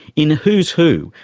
in who's who,